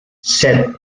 set